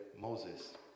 Moses